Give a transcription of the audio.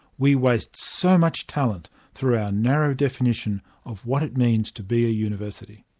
we waste so much talent through our narrow definition of what it means to be a university.